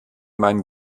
mein